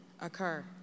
occur